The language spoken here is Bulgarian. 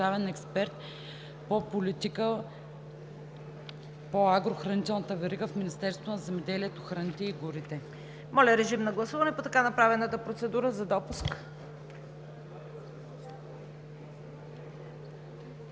Моля, режим на гласуване по така направената процедура. Колеги,